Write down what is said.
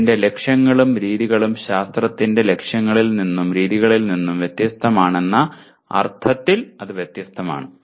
അതിന്റെ ലക്ഷ്യങ്ങളും രീതികളും ശാസ്ത്രത്തിന്റെ ലക്ഷ്യങ്ങളിൽ നിന്നും രീതികളിൽ നിന്നും വ്യത്യസ്തമാണെന്ന അർത്ഥത്തിൽ വ്യത്യസ്തമാണ്